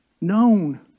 known